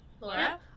Laura